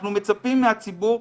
אנחנו מצפים מהציבור,